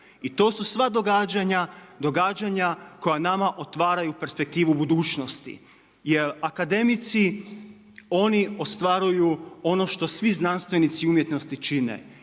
događanja, događanja koja nama otvaraju perspektivu budućnosti. Jer akademici, oni ostvaruju ono što svi znanstvenici umjetnosti čine